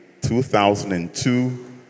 2002